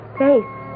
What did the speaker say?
face